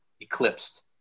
eclipsed